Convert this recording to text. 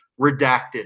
redacted